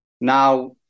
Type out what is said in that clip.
Now